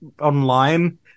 online